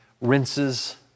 rinses